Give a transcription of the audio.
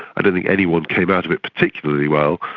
i don't think anyone came out of it particularly well.